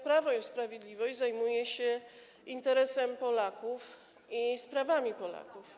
Prawo i Sprawiedliwość zajmuje się interesem Polaków i sprawami Polaków.